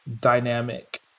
dynamic